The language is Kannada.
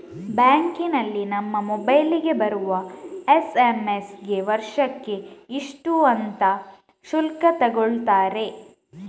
ಬ್ಯಾಂಕಿನಲ್ಲಿ ನಮ್ಮ ಮೊಬೈಲಿಗೆ ಬರುವ ಎಸ್.ಎಂ.ಎಸ್ ಗೆ ವರ್ಷಕ್ಕೆ ಇಷ್ಟು ಅಂತ ಶುಲ್ಕ ತಗೊಳ್ತಾರೆ